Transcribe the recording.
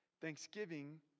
Thanksgiving